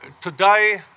today